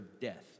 death